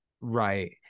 right